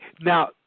Now